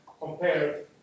compared